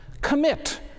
Commit